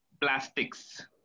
plastics